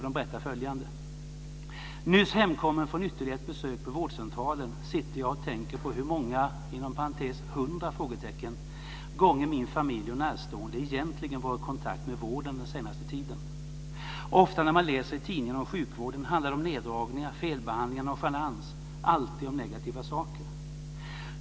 De berättar följande: "Nyss hemkommen från ytterligare ett besök på vårdcentralen sitter jag och tänker på hur många gånger min familj och närstående egentligen varit i kontakt med vården den senaste tiden. Oftast när man läser i tidningen om sjukvården handlar det om neddragningar, felbehandlingar, nonchalans - alltid om negativa saker.